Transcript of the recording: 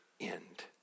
end